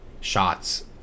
shots